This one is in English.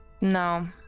No